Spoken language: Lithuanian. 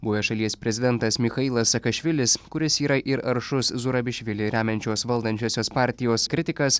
buvęs šalies prezidentas michailas saakašvilis kuris yra ir aršus zurabišvili remiančios valdančiosios partijos kritikas